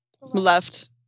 Left